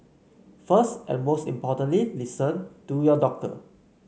first and most importantly listen to your doctor